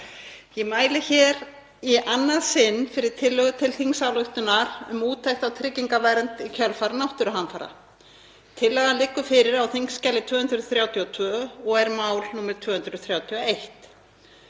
Ég mæli hér í annað sinn fyrir tillögu til þingsályktunar um úttekt á tryggingavernd í kjölfar náttúruhamfara. Tillagan liggur fyrir á þskj. 232 og er mál nr. 231.